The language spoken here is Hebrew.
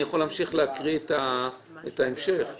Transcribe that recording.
בבקשה, בקצרה.